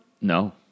No